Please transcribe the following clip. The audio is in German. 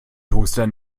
toaster